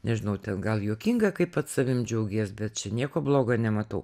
nežinau gal juokinga kai pats savim džiaugies bet čia nieko blogo nematau